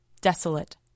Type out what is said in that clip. desolate